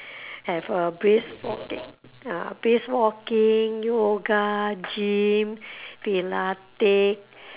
have uh brisk walking ah brisk walking yoga gym pilate